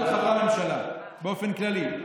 לא, אני מדבר על חברי הממשלה באופן כללי.